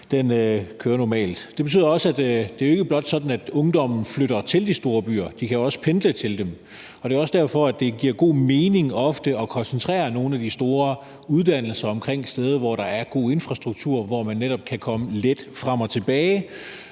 kører normalt. Det betyder også, at det jo ikke blot er sådan, at ungdommen flytter til de store byer. De kan også pendle til dem, og det er også derfor, det ofte giver god mening at koncentrere nogle af de store uddannelser omkring steder, hvor der er god infrastruktur, og hvor man netop kan komme let frem og tilbage,